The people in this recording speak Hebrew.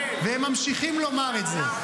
והם ממשיכים לומר את זה.